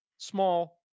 small